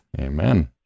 Amen